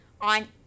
on